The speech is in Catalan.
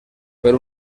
per